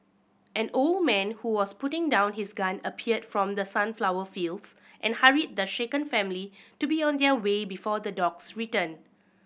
an old man who was putting down his gun appeared from the sunflower fields and hurried the shaken family to be on their way before the dogs return